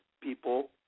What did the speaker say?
people